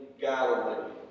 Galilee